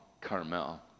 Carmel